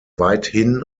weithin